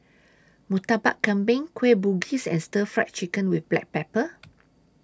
Murtabak Kambing Kueh Bugis and Stir Fry Chicken with Black Pepper